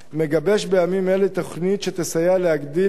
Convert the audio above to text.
מגבש בימים אלו תוכנית שתסייע להגדיל את